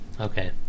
Okay